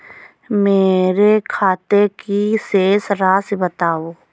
मेरे खाते की शेष राशि बताओ?